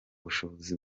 bushobozi